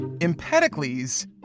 Empedocles